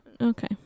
Okay